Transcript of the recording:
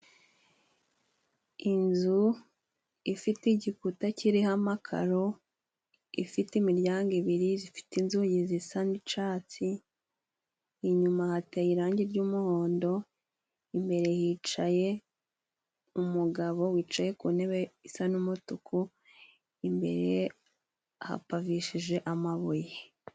Inzu ifite igikuta kiriho amakaro, ifite imiryango ibiri zifite inzugi zisa nicatsi inyuma hateye irangi ry'umuhondo, imbere hicaye umugabo wicaye ku ntebe isa n'umutuku, imbere hapavishije amabuye.